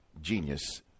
genius